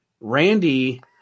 Randy